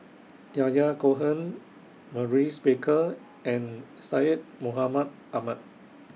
Yahya Cohen Maurice Baker and Syed Mohamed Ahmed